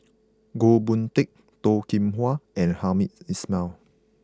Goh Boon Teck Toh Kim Hwa and Hamed Ismail